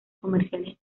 comerciales